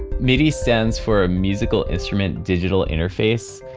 midi stands for ah musical instrument digital interface.